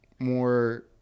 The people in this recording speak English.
more